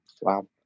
Wow